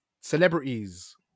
celebrities